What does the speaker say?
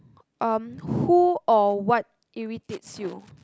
um who or what irritates you